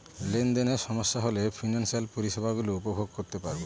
লেনদেনে সমস্যা হলে ফিনান্সিয়াল পরিষেবা গুলো উপভোগ করতে পারবো